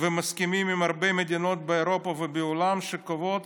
ומסכימים עם הרבה מדינות באירופה ובעולם שקובעות